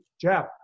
jeff